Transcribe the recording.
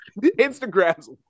Instagram's